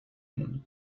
monde